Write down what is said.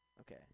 Okay